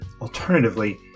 Alternatively